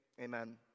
amen